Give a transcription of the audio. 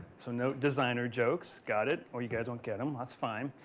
so no designer jokes. got it. or you guys won't get em. that's fine.